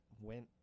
went